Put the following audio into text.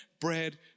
bread